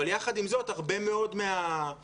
אבל יחד עם זאת הרבה מאוד מהמקצועות,